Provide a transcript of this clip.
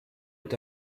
est